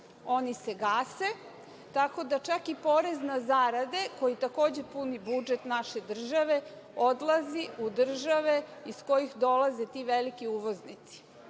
oni se gase. Tako da čak i porez na zarade koji takođe puni budžet naše države odlazi u države iz kojih dolaze ti veliki uvoznici. Sa